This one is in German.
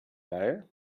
geil